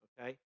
Okay